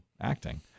acting